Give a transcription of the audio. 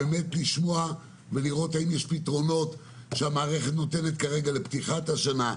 ולשמוע ולראות האם יש פתרונות שהמערכת נותנת כרגע לפתיחת השנה.